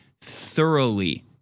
thoroughly